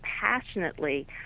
passionately